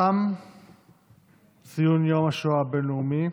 תם ציון יום השואה הבין-לאומי.